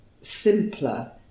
simpler